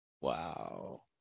Wow